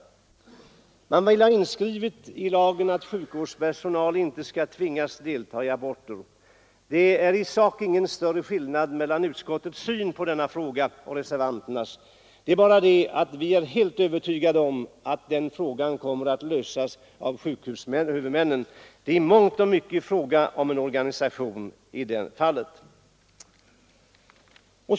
Vidare vill reservanterna ha inskrivet i lagen att sjukvårdspersonal inte skall kunna tvingas delta i aborter. Det är i sak ingen större skillnad mellan utskottets syn på denna fråga och reservanternas; det är bara det att vi är helt övertygade om att det problemet kommer att lösas av sjukvårdshuvudmännen. I mångt och mycket är det ju en fråga om organisation.